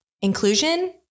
inclusion